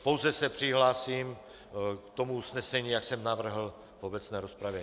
Pouze se přihlásím k tomu usnesení, jak jsem navrhl v obecné rozpravě.